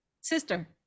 Sister